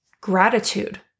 gratitude